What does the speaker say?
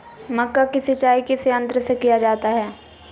मक्का की सिंचाई किस यंत्र से किया जाता है?